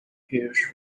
huge